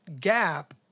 gap